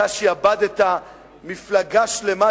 אתה שעבדת מפלגה שלמה.